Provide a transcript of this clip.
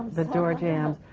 the door jambs.